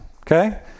Okay